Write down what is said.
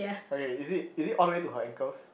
okay is it is it all the way to her ankles